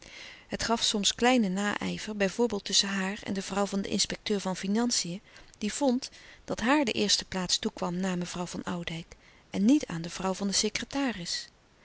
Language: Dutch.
het gaf soms kleine naijver bijvoorbeeld tusschen haar en de vrouw van den inspecteur van financiën die vond dat haar de eerste plaats toekwam na mevrouw van oudijck en niet aan de vrouw van den secretaris